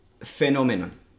phenomenon